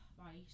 Right